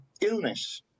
illness